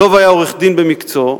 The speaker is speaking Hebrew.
דב היה עורך-דין במקצועו.